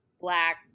black